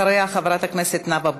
אחריה, חברי הכנסת נאוה בוקר,